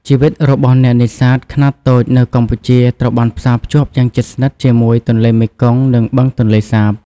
ជីវិតរបស់អ្នកនេសាទខ្នាតតូចនៅកម្ពុជាត្រូវបានផ្សារភ្ជាប់យ៉ាងជិតស្និទ្ធជាមួយ ទន្លេមេគង្គ និង បឹងទន្លេសាប។